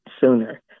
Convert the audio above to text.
sooner